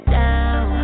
down